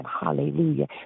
Hallelujah